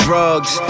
Drugs